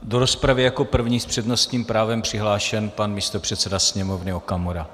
Do rozpravy je jako první s přednostním právem přihlášen pan místopředseda Sněmovny Okamura.